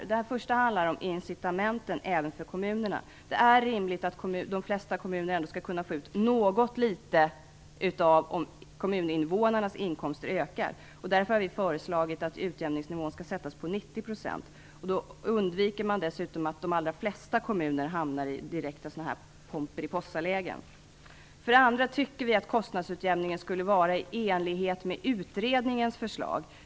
För det första handlar det om incitamenten även för kommunerna. Det är rimligt att de flesta kommuner skall kunna få ut något litet om kommuninvånarnas inkomster ökar. Därför har vi föreslagit att utjämningsnivån skall sättas till 90 %. Då undviker man dessutom att de allra flesta kommuner hamnar i direkta Pomperipossalägen. För det andra tycker vi att kostnadsutjämningen bör vara i enlighet med utredningens förslag.